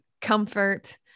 comfort